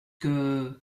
que